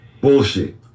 bullshit